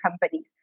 companies